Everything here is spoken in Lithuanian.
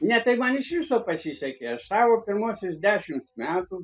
ne tai man iš viso pasisekė aš savo pirmuosius dešimts metų